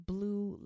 Blue